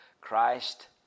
Christ